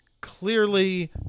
clearly